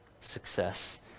success